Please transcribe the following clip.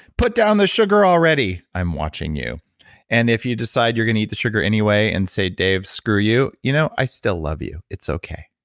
put down the sugar already. i'm watching you and if you decide you're going to eat the sugar anyway and say, dave screw you. you know i still love you. it's okay.